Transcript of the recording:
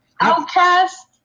Outcast